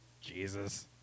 Jesus